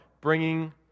bringing